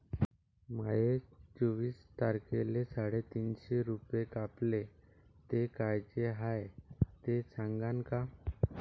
माये चोवीस तारखेले साडेतीनशे रूपे कापले, ते कायचे हाय ते सांगान का?